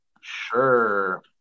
sure